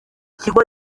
kigo